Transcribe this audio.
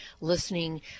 listening